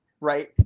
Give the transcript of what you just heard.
right